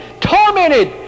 tormented